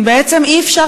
אם בעצם אי-אפשר